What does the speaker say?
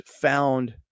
found